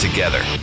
Together